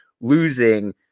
losing